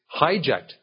hijacked